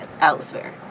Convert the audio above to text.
elsewhere